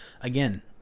again